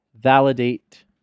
validate